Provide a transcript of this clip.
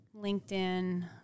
LinkedIn